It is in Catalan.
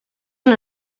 una